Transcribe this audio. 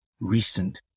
Recent